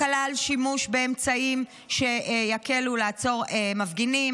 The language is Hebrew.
הקלה על שימוש באמצעים שיקלו על מעצר מפגינים,